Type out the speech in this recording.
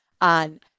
on